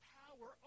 power